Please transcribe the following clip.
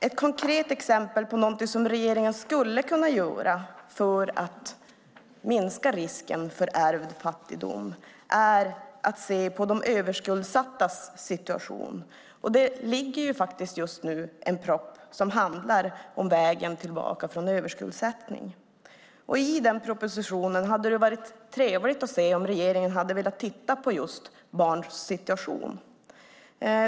Ett konkret exempel på någonting som regeringen skulle kunna göra för att minska risken för ärvd fattigdom är att se på de överskuldsattas situation. Det har lagts fram en proposition som handlar om vägen tillbaka från överskuldsättning. Det hade varit trevligt om regeringen i denna proposition hade framfört att den vill titta på just barns situation.